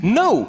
no